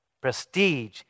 prestige